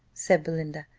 said belinda,